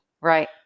Right